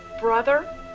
brother